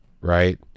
right